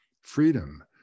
freedom